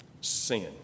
Sin